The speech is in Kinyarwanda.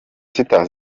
sita